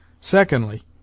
Secondly